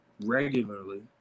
regularly